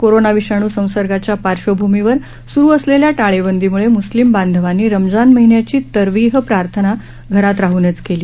corona विषाणूसंसर्गाच्या पार्श्वीभूमीवर सुरू असलेल्या टाळेबंदीमुळे मुस्लिम बांधवांनी रमजान महिन्याची तरविह प्रार्थना घरात राहनच केली